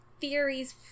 theories